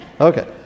Okay